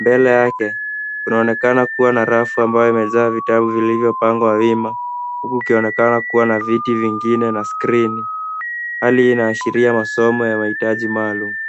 Mbele yake, kunaoneka kuwa na rafu ambayo imejaa vitabu vilivyopangwa wima huku kukionekana kuwa na viti vingine na skrini. Hali hii inaashiria hali ya masomo yenye